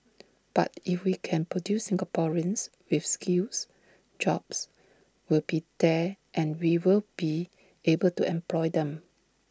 but if we can produce Singaporeans with skills jobs will be there and we will be able to employ them